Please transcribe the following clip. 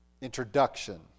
introduction